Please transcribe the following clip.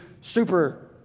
super